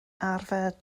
arfer